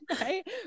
right